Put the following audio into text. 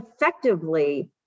effectively